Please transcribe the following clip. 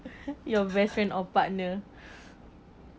your best friend or partner